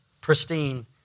pristine